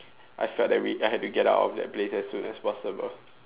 I felt that we I had to get out of that place as soon as possible